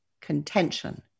contention